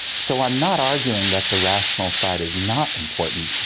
so i'm not arguing that the rational side is not important,